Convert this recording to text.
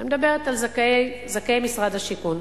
אני מדברת על זכאי משרד השיכון.